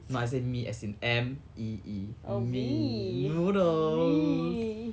no I say mee as in M E E mee noodles